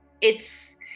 it's-